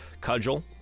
Cudgel